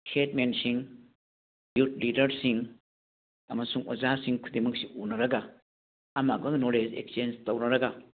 ꯍꯦꯗꯃꯦꯟꯁꯤꯡ ꯌꯨꯠ ꯂꯤꯗꯔꯁꯤꯡ ꯑꯃꯁꯨꯡ ꯑꯣꯖꯥꯁꯤꯡ ꯈꯨꯗꯤꯡꯃꯛꯁꯤ ꯎꯟꯅꯔꯒ ꯑꯃꯒ ꯑꯃꯒ ꯅꯣꯂꯦꯁ ꯑꯦꯛꯆꯦꯟꯁ ꯇꯧꯅꯔꯒ